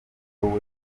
ugomba